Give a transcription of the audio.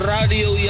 Radio